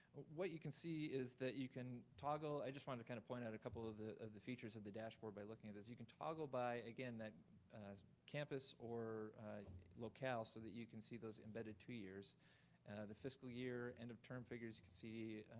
what you can see is that you can toggle, i just want to kinda point out a couple of the the features of the dashboard. by looking at this, you can toggle by, again, that campus or locale, so that you can see those embedded two-years. the fiscal year end of term figures, you could see,